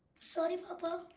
sorry papa.